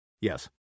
Yes